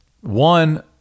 One